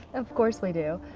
of course we do,